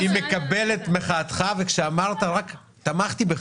שלמה, אני מקבל מחאתך וכשאמרת, רק תמכתי בך.